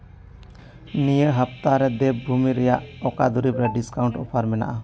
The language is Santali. ᱱᱤᱭᱟᱹ ᱦᱟᱯᱛᱟ ᱨᱮ ᱫᱮᱵᱽᱵᱷᱩᱢᱤ ᱨᱮᱭᱟᱜ ᱚᱠᱟ ᱫᱩᱨᱤᱵᱽ ᱨᱮ ᱰᱤᱥᱠᱟᱣᱩᱱᱴ ᱚᱯᱷᱟᱨ ᱢᱮᱱᱟᱜᱼᱟ